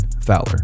Fowler